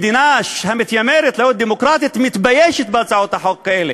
מדינה המתיימרת להיות דמוקרטית מתביישת בהצעות חוק כאלה,